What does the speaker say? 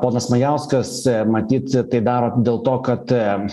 ponas majauskas matyt tai daro dėl to kad